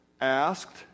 asked